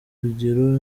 urugero